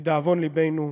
לדאבון לבנו,